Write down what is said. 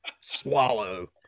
Swallow